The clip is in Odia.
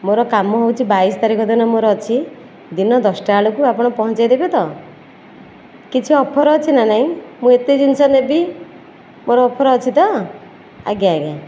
ମୋର କାମ ହେଉଛି ବାଇଶ ତାରିଖ ଦିନ ମୋର ଅଛି ଦିନ ଦଶଟା ବେଳକୁ ଆପଣ ପହଁଞ୍ଚେଇ ଦେବେ ତ କିଛି ଅଫର୍ ଅଛି ନା ନାଇଁ ମୁଁ ଏତେ ଜିନିଷ ନେବି ମୋର ଅଫର୍ ଅଛି ତ ଆଜ୍ଞା ଆଜ୍ଞା